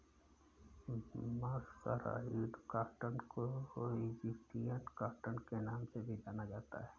mercerised cotton को Egyptian cotton के नाम से भी जाना जाता है